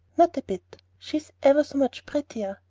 not a bit she's ever so much prettier.